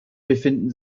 befinden